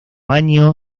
año